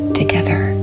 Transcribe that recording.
together